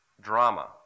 drama